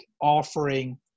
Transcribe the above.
offering